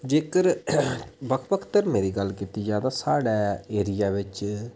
जेकर बक्ख बक्ख धर्में दी गल्ल कीती जा तां साढ़े एरिया बिच